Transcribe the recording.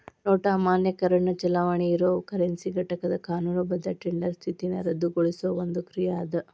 note ಅಮಾನ್ಯೇಕರಣ ಚಲಾವಣಿ ಇರೊ ಕರೆನ್ಸಿ ಘಟಕದ್ ಕಾನೂನುಬದ್ಧ ಟೆಂಡರ್ ಸ್ಥಿತಿನ ರದ್ದುಗೊಳಿಸೊ ಒಂದ್ ಕ್ರಿಯಾ ಅದ